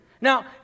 Now